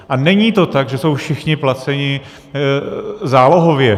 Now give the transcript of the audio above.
A není to tak, že jsou všichni placeni zálohově.